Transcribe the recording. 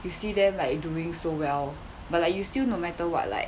you see them like doing so well but like you still no matter what like